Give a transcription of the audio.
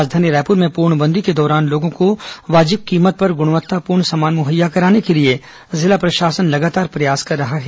राजधानी रायपुर में पूर्णबंदी के दौरान लोगों को वाजिब कीमत पर गुणवत्तापूर्ण सामान मुहैया कराने के लिए जिला प्रशासन लगातार प्रयास कर रहा है